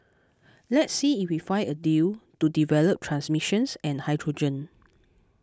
let's see if we find a deal to develop transmissions and hydrogen